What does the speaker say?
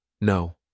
No